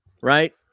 right